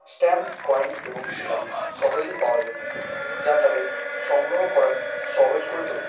stamp coin এবং শিলা সহজেই পাওয়া যায় যা তাদের সংগ্রহ করা সহজ করে তোলে